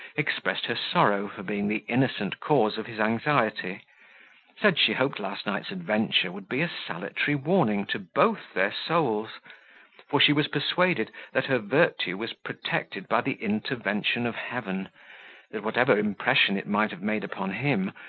expressed her sorrow for being the innocent cause of his anxiety said she hoped last night's adventure would be a salutary warning to both their souls for she was persuaded, that her virtue was protected by the intervention of heaven that whatever impression it might have made upon him,